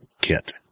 kit